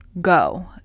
go